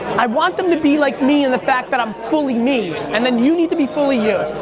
i want them to be like me in the fact that i'm fully me and then you need to be fully you.